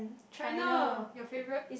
China your favourite